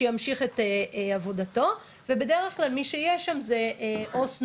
שימשיך את עבודתו ובדרך כלל מי שיש שם זה עו"ס נוער,